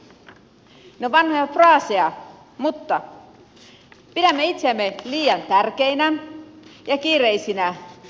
ne ovat vanhoja fraaseja mutta pidämme itseämme liian tärkeinä ja kiireisinä